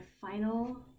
final